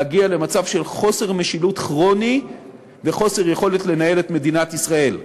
להגיע למצב של חוסר משילות כרוני וחוסר יכולת לנהל את מדינת ישראל.